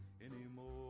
anymore